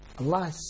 Allah